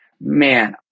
man